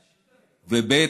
ב.